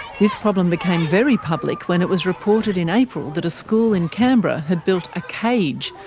this problem became very public when it was reported in april that a school in canberra had built a cage,